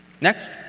Next